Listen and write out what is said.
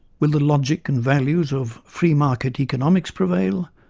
will the logic and values of free market economics prevail,